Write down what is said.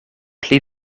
pli